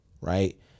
right